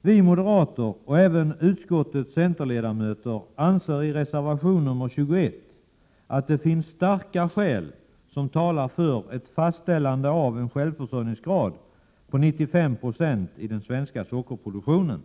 Vi moderater och även utskottets centerledamöter anser i reservation 21 att det finns starka skäl som talar för att självförsörjningsgraden inom den svenska sockerproduktionen fastställs till 95 26.